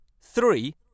Three